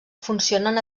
funcionen